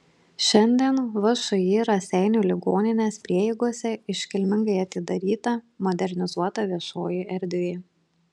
šiandien všį raseinių ligoninės prieigose iškilmingai atidaryta modernizuota viešoji erdvė